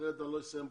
אחרת אני לא אסיים.